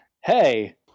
Hey